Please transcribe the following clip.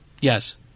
Yes